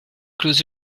clause